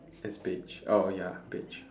it's beige oh ya beige